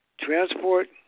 transport